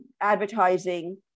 advertising